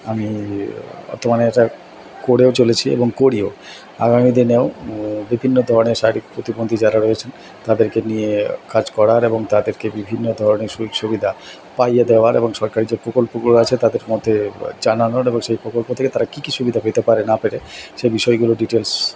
আমি বর্তমানে এটা করেও চলেছি এবং করিও আগামী দিনেও বিভিন্ন ধরণের শারীরিক প্রতিবন্ধী যারা রয়েছেন তাদেরকে নিয়ে কাজ করার এবং তাদেরকে বিভিন্ন ধরণের সুযোগ সুবিধা পাইয়ে দেওয়ার এবং সরকারি যে প্রকল্পগুলো আছে তাদের মধ্যে জানানোর এবং সেই প্রকল্প থেকে তারা কি কি সুবিধা পেতে পারে না পারে সে বিষয়গুলো ডিটেলস